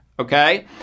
Okay